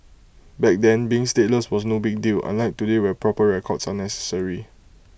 back then being stateless was no big deal unlike today where proper records are necessary